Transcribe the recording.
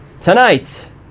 tonight